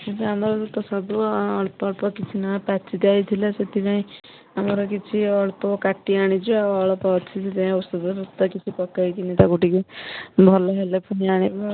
ଆମର ବି ତ ସବୁ ଅଳ୍ପ ଅଳ୍ପ କିଛି ନା ପାଚି ଯାଇଥିଲା ସେଥିପାଇଁ ଆମର କିଛି ଅଳ୍ପ କାଟିଆଣିଛୁ ଆଉ ଅଳ୍ପ ଅଛି ସେଥିପାଇଁ ଔଷଧପତ୍ର କିଛି ପକେଇକିନି ତାକୁ ଟିକିଏ ଭଲହେଲେ ପୁଣି ଆଣିବୁ ଆଉ